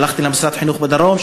שלחתי למשרד החינוך בדרום,